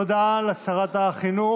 תודה לשרת החינוך.